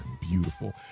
beautiful